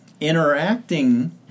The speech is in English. interacting